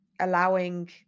allowing